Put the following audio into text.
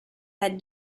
had